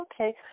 Okay